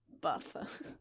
buff